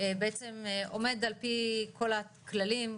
בעצם עומד על פי כל הכללים,